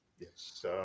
Yes